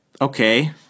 okay